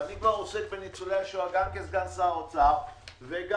ואני כבר עוסק בניצולי השואה גם כסגן שר האוצר וגם